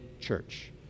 church